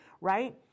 right